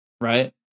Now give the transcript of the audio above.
right